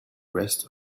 rest